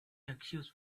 accuse